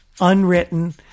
unwritten